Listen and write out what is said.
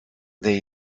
they